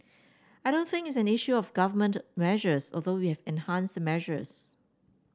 I don't think is an issue of Government measures although we have enhanced the measures